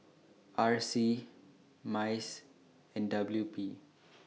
R C Mice and W P